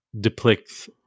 depicts